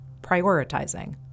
Prioritizing